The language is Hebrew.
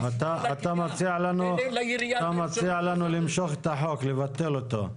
אתה מציע לנו למשוך את החוק, לבטל אותו.